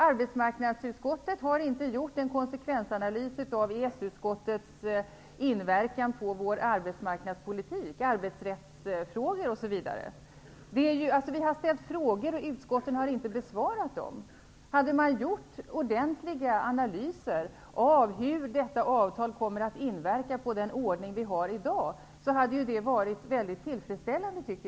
Arbetsmarknadsutskottet har inte gjort en konsekvensanalys av EES-avtalets inverkan på vår arbetsmarknadspolitik, arbetsrättsfrågor, osv. Vi har ställt frågor, och utskotten har inte besvarat dem. Hade man gjort ordentliga analyser av hur detta avtal kommer att inverka på den ordning vi har i dag, hade det varit väldigt tillfredsställande.